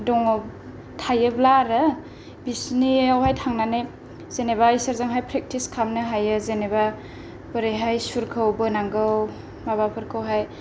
दं थायोब्ला आरो बिसिनियावहाय थांनानै जेनेबा इसोरजोंहाय प्रेक्टिस खालामनो हायो जेनेबा बोरैहाय सुरखौ बोनांगौ माबाफोरखौहाय